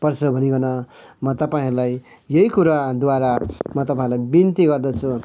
पर्छ भनिकन म तपाईँहरूलाई यही कुराद्वारा म तपाईँहरूलाई बिन्ती गर्दछु